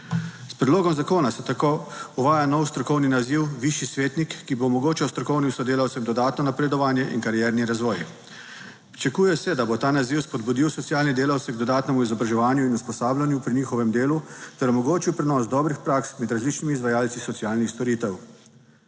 S predlogom zakona se tako uvaja nov strokovni naziv višji svetnik, ki bo omogočal strokovnim sodelavcem dodatno napredovanje in karierni razvoj. Pričakuje se, da bo ta naziv spodbudil socialne delavce k dodatnemu izobraževanju in usposabljanju pri njihovem delu ter omogočil prenos dobrih praks med različnimi izvajalci socialnih storitev.